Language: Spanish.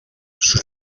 sus